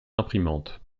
imprimante